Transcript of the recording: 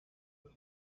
oder